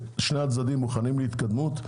ששני הצדדים מוכנים להתקדמות,